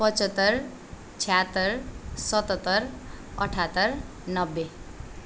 पचहत्तर छ्यात्तर सताहत्तर अठहत्तर नब्बे